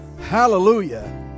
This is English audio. Hallelujah